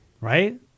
Right